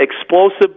explosive